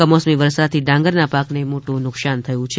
કમોસમી વરસાદથી ડાંગરના પાકને મોટું નુકશાન થયું છે